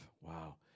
wow